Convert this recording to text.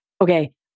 okay